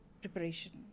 preparation